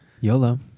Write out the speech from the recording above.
Yolo